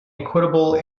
equitable